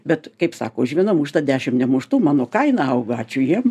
bet kaip sako už vieną muštą dešim nemuštų mano kaina auga ačiū jiem